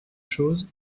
chose